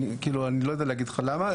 אני לא יודע להגיד לך למה.